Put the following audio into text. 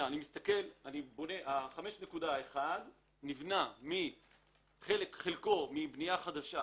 ה-5.1 נבנה מבנייה חדשה,